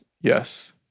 Yes